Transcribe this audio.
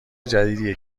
جدیدیه